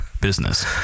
business